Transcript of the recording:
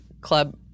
Club